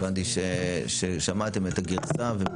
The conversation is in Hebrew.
שמעתם את הגרסה.